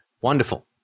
wonderful